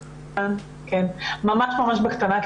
כן, ממש בקצרה.